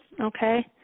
Okay